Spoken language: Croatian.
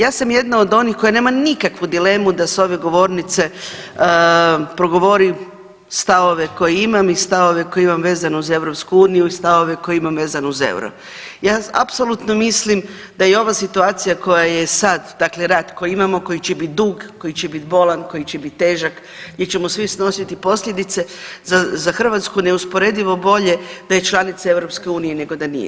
Ja sam jedna od onih koja nema nikakvu dilemu da s ove govornice progovori stavove koje imam i stavove koje imam vezano uz EU i stavove koje imam vezano u euro ja apsolutno mislim da i ova situacija koja je sad, dakle rat koji imamo, koji će bit dug, koji će biti bolan, koji će biti težak, mi ćemo svi snositi posljedice, za Hrvatsku neusporedivo bolje da je članica EU nego da nije.